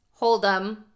Hold'em